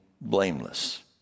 blameless